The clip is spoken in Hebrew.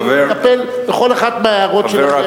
הוא יטפל בכל אחת מההערות שלכם,